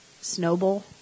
Snowball